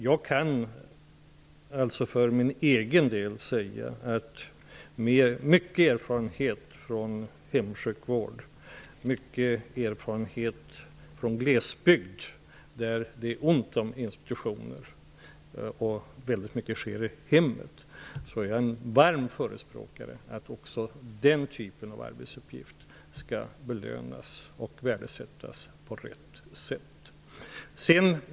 Jag kan alltså för min egen del säga att mycket erfarenhet från hemsjukvård, mycket erfarenhet från glesbygd -- där det är ont om institutioner och väldigt mycket sker i hemmet -- gör mig till en varm förespråkare för att även den typen av arbetsuppgift skall belönas och värdesättas på rätt sätt.